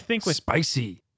spicy